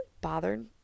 bothered